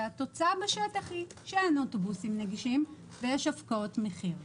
וכתוצאה מכך בשטח אין אוטובוסים נגישים ויש הפקעות מחיר.